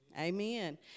amen